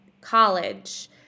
college